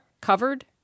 covered